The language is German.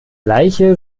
leiche